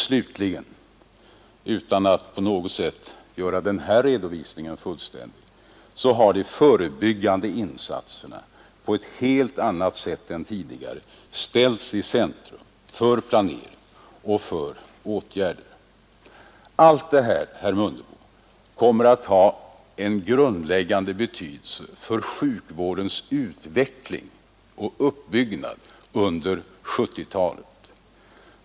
Slutligen vill jag — utan att på något sätt göra denna redovisning fullständig — nämna att de förebyggande insatserna på ett helt annat sätt än tidigare ställts i centrum för planering och åtgärder. Allt detta kommer självfallet, herr Mundebo, att ha grundläggande betydelse för sjukvårdens utveckling under 1970-talet.